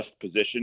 position